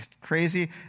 crazy